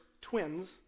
twins